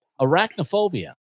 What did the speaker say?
Arachnophobia